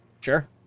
Sure